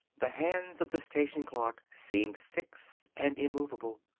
the hands of the station clock seemed fixed and immovable.